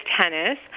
tennis